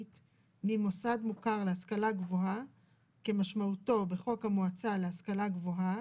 ממוסד מוכר להשכלה גבוהה כמשמעותו בחוק המועצה להשכלה גבוהה,